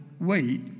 wait